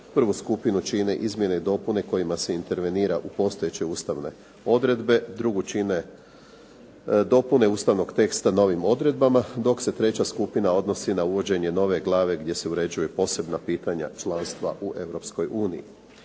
Prvu skupinu čine izmjene i dopune kojima se intervenira u postojeće Ustavne odredbe, drugu čine dopune ustavnog teksta novim odredbama, dok se treća skupina odnosi na uvođenje nove glave gdje se uređuju posebna pitanja, članstva u